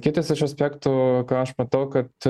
kitas iš aspektų ką aš matau kad